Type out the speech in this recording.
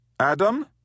Adam